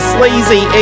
Sleazy